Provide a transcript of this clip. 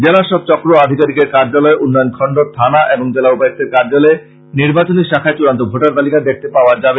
জেলার সব চক্র আধিকারিকের কার্য্যলয় উন্নয়ন খন্ড থানা এবং জেলা উপায়ুক্তের কার্য্যলয়ের নির্বাচনী শাখায় চূড়ান্ত ভোটার তালিকা দেখতে পাওয়া যাবে